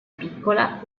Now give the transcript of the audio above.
piccola